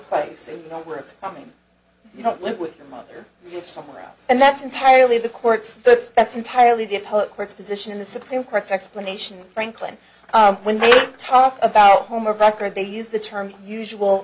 place you know where it's coming you don't live with your mother somewhere else and that's entirely the courts if that's entirely the court's position in the supreme court's explanation franklin when they talk about home of record they use the term usual